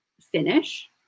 finish